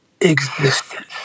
existence